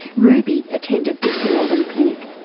ruby attended this melbourne clinic.